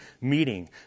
meeting